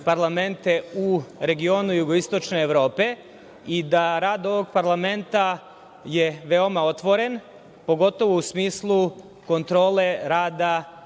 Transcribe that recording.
parlamente u regionu jugoistočne Evrope, i da rad ovog parlamenta je veoma otvoren, pogotovo u smislu kontrole rada